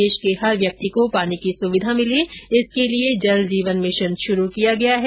देश के हर व्यक्ति को पानी की सुविधा मिले इसके लिए जल जीवन मिशन शुरू किया गया है